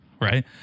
Right